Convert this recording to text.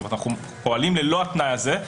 אנחנו פועלים ללא התנאי הזה,